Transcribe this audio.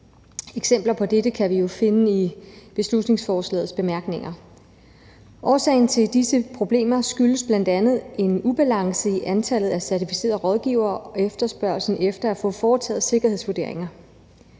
Eksempler på dette kan vi jo finde i beslutningsforslagets bemærkninger. Årsagen til disse problemer er bl.a. en ubalance i antallet af certificerede rådgivere og efterspørgslen efter at få foretaget sikkerhedsvurderinger.